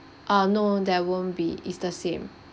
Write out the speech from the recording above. uh no there won't be it's the same